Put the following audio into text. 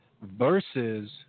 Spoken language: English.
versus